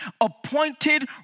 appointed